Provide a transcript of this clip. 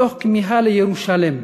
מתוך כמיהה לירושלם,